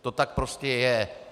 To tak prostě je!